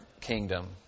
kingdom